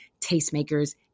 tastemakers